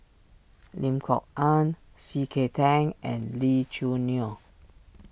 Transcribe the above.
Lim Kok Ann C K Tang and Lee Choo Neo